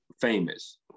Famous